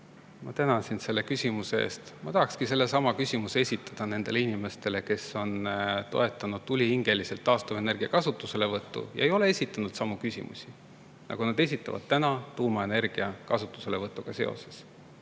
Ma tänan sind selle küsimuse eest. Ma tahaksin sellesama küsimuse esitada inimestele, kes on toetanud tulihingeliselt taastuvenergia kasutuselevõttu ega ole esitanud samu küsimusi, nagu nad esitavad täna tuumaenergia kasutuselevõtuga seoses.